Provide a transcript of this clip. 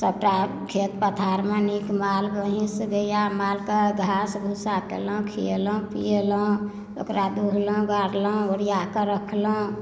सबटा खेत पथारमे नीक माल महिष गैया माल के घास भूसा केलहुॅं खियेलहुॅं पीयेलहुॅं ओकरा दुहलहुॅं गारलहुॅं ओरिया कऽ राखलहुॅं